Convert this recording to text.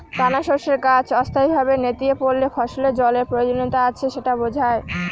দানাশস্যের গাছ অস্থায়ীভাবে নেতিয়ে পড়লে ফসলের জলের প্রয়োজনীয়তা আছে সেটা বোঝায়